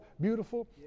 Beautiful